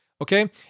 okay